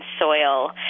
soil